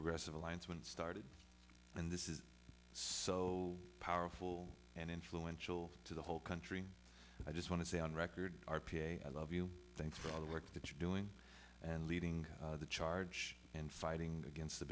progressive alliance when it started and this is so powerful and influential to the whole country i just want to say on record r p i love you thanks for all the work that you're doing and leading the charge and fighting against the